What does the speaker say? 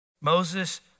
Moses